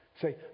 say